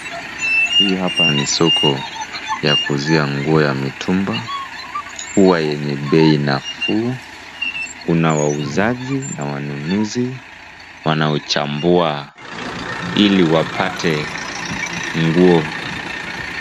Hii hapa ni soko ya kuuzia nguo ya mitumba . Huwa yenye bei nafuu . Kuna wauzaji na wanunuzi wanaochambua ili wapate nguo.